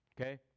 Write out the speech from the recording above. Okay